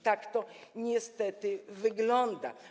Tak to niestety wygląda.